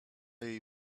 jej